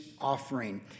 offering